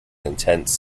intense